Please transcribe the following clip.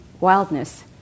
wildness